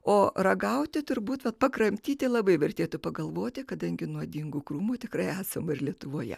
o ragauti turbūt pakramtyti labai vertėtų pagalvoti kadangi nuodingu krūmu tikrai esama ir lietuvoje